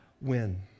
win